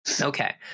okay